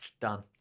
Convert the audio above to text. done